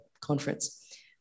conference